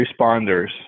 responders